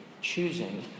choosing